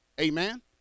Amen